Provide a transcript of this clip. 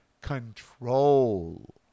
control